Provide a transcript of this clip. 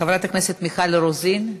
חברת הכנסת מיכל רוזין,